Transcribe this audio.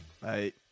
Bye